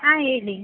ಹಾಂ ಹೇಳಿ